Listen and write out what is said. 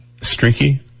Streaky